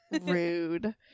Rude